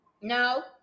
No